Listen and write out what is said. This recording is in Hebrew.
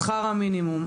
שכר המינימום,